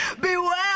Beware